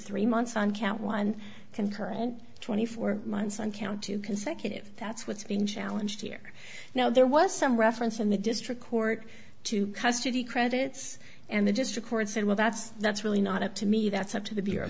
three months on count one concurrent twenty four months on count two consecutive that's what's been challenge here now there was some reference in the district court to custody credits and they just record said well that's that's really not up to me that's up to the b